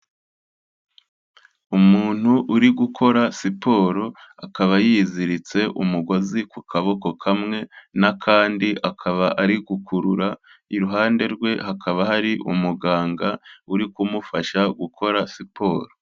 Umuntu uri gukora siporo, akaba yiziritse umugozi ku kaboko kamwe, n'akandi, akaba ari gukurura, iruhande rwe hakaba hari umuganga uri kumufasha gukora siporo.